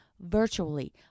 virtually